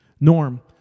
Norm